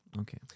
okay